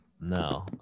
No